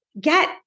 get